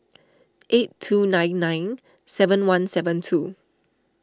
eight two nine nine seven one seven two